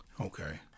Okay